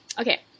okay